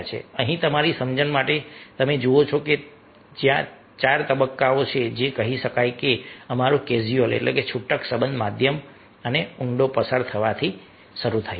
અહીં અમારી સમજણ માટે તમે જુઓ છો કે ત્યાં 4 તબક્કાઓ છે જે કોઈ કહી શકે છે કે અમારો કેઝ્યુઅલછૂટક સંબંધ મધ્યમ અને ઊંડો પસાર થવાથી શરૂ થાય છે